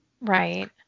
Right